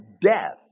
death